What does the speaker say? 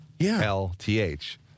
L-T-H